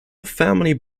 family